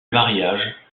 mariage